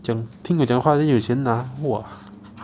讲听你讲话 then 有钱拿 !wah!